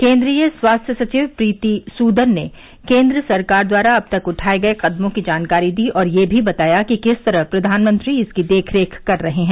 केन्द्रीय स्वास्थ्य सचिव प्रीति सूदन ने केन्द्र सरकार द्वारा अब तक उठाए गए कदमों की जानकारी दी और यह भी बताया कि किस तरह प्रधानमंत्री इसकी देख रेख कर रहे हैं